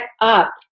up